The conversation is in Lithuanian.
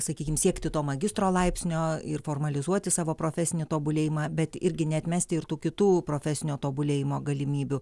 sakykim siekti to magistro laipsnio ir formalizuoti savo profesinį tobulėjimą bet irgi neatmesti ir tų kitų profesinio tobulėjimo galimybių